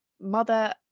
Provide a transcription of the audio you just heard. mother